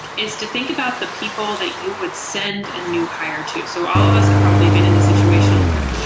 is to think about the people that you would send a new hire to. so all of us have probably been in the situation where we're like,